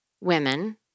women